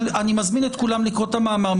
אבל אני מזמין את כולם לקרוא את המאמר.